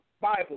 Bible